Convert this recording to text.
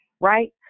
right